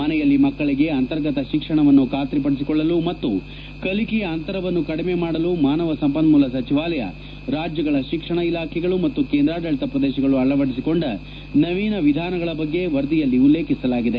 ಮನೆಯಲ್ಲಿ ಮಕ್ಕಳಿಗೆ ಅಂತರ್ಗತ ಶಿಕ್ಷಣವನ್ನು ಖಾತ್ರಿಪಡಿಸಿಕೊಳ್ಳಲು ಮತ್ತು ಕಲಿಕೆಯ ಅಂತರವನ್ನು ಕಡಿಮೆ ಮಾಡಲು ಮಾನವ ಸಂಪನ್ಮೂಲ ಸಚಿವಾಲಯ ರಾಜ್ಯಗಳ ಶಿಕ್ಷಣ ಇಲಾಖೆಗಳು ಮತ್ತು ಕೇಂದ್ರಾಡಳಿತ ಪ್ರದೇಶಗಳು ಅಳವಡಿಸಿಕೊಂಡ ನವೀನ ವಿಧಾನಗಳ ಬಗ್ಗೆ ವರದಿಯಲ್ಲಿ ಉಲ್ಲೇಖಿಸಲಾಗಿದೆ